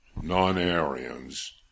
non-Aryans